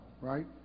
right